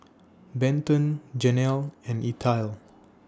Benton Janelle and Ethyle